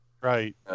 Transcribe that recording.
Right